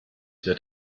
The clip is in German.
wird